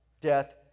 death